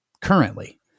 currently